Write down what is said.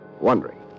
Wondering